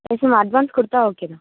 S ma'am advance கொடுத்தா okay தான்